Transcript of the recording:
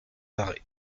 arrêts